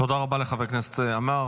תודה רבה לחבר הכנסת עמאר.